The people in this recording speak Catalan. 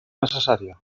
necessària